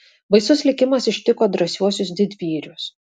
baisus likimas ištiko drąsiuosius didvyrius